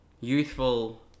youthful